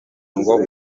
ngo